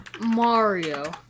Mario